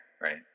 right